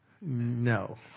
No